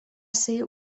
ser